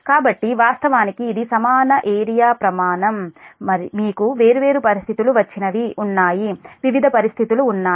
కాబట్టి వాస్తవానికి ఇది సమాన ఏరియా ప్రమాణం మీకు వేర్వేరు పరిస్థితులు వచ్చినవి ఉన్నాయి వివిధ పరిస్థితులు ఉన్నాయి